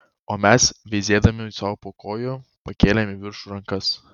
o mes veizėdami sau po kojų pakėlėm į viršų rankas